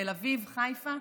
תל אביב חיפה,